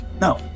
no